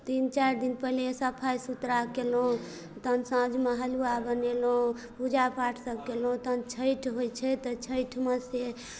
तीन चारि दिन पहिले सफाइ सुथरा कयलहुँ तहन साँझमे हलुआ बनेलहुँ पूजापाठ सब कयलहुँ तहन छैठ होइ छै तऽ छैठमे से